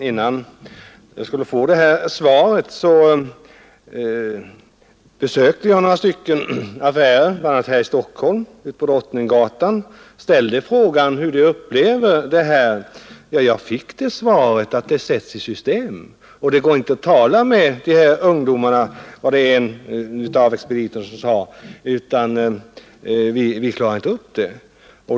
Innan jag skulle få det här svaret besökte jag några affärer, bl.a. på Drottninggatan här i Stockholm, och ställde frågan hur man upplever snatteriet. Jag fick svaret att det sätts i system. Det går inte att tala med de här ungdomarna, sade en av expediterna och menade att man inte klarar problemet.